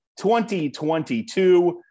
2022